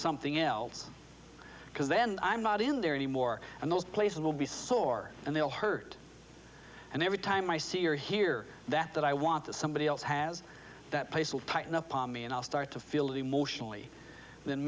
something else because then i'm not in there anymore and those places will be sore and they'll hurt and every time i see or hear that that i want that somebody else has that pace will tighten up on me and i'll start to feel it emotionally